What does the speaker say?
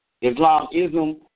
Islamism